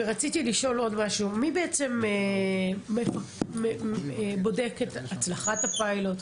מי בעצם בודק את הצלחת הפיילוט?